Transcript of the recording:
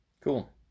Cool